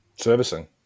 Servicing